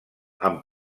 amb